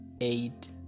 eight